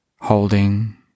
Holding